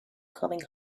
coming